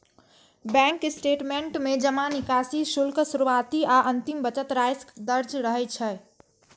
bank statement में जमा, निकासी, शुल्क, शुरुआती आ अंतिम बचत राशि दर्ज रहै छै